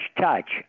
touch